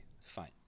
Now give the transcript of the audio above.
Fine